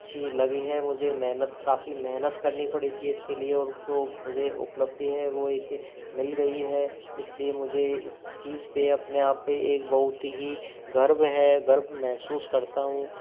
अच्छी लगी है मुझे मेहनत क्काफी मेहनत करनी पड़ी थी इसके लिए और जो मुझे उपलब्धि है वो एक मिल गई है इसलिए मुझे इस चीज पर अपने आप पे एक बहुत ही गर्व है गर्व महसूस करता हूँ